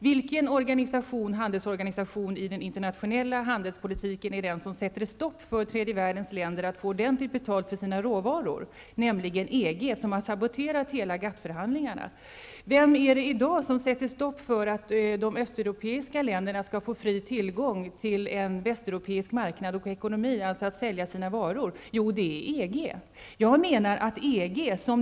Vilken handelsorganisation i den internationella handelspolitiken är det som sätter stopp för tredje världens länders möjligheter att få ordentligt betalt för sina råvaror? Jo, det är EG, som har saboterat GATT-förhandlingarna. Vem är det som i dag sätter stopp för att de östeuropeiska länderna skall få fri tillgång till en västeuropeisk marknad och ekonomi för att sälja sina varor? Jo, det är EG.